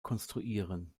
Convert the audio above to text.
konstruieren